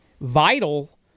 vital